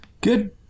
Good